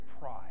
pride